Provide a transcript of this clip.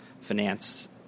finance